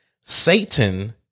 Satan